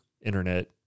internet